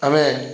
ଆମେ